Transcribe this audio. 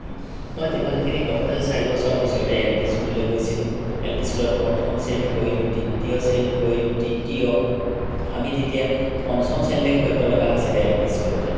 মই যিমাখিনি গম পাইছো চাৰি বছৰ পিছতেই এল পি স্কুললৈ গৈছিলো এল পি স্কুলত প্ৰথম শ্ৰেণী পঢ়িলো দ্বিতীয় শ্ৰেণী পঢ়িলো তৃতীয় আমি তেতিয়া পঞ্চম শ্ৰেণীলৈকে পঢ়িব লগা হৈছিলে এল পি স্কুলতে